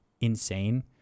insane